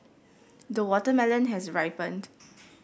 the watermelon has ripened